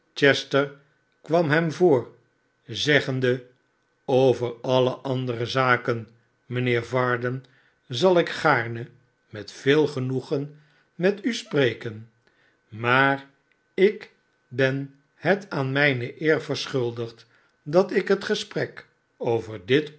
chester kwam hem voor zeggende sover alle andere zaken mijnheer varden zal ik gaarne met veel genoegen met u spreken maar ik ben het aan mijne eer verschuldigd dat ik het gesprek over dit